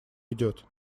идёт